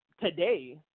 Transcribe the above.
today